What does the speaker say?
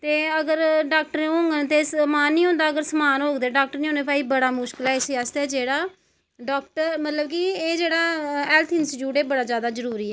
ते अगर डॉक्टर होङन ते समान निं होंदा ते अगर समान होग ते डॉक्टर निं होंदा भई बड़ा मुश्कल ऐ इस आस्तै जेह्ड़ा डॉक्टर एह् मतलब कि जेह्ड़ा हेल्थ इंस्टीट्यूट ऐ एह् बड़ा जादा जरूरी ऐ